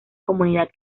comunidad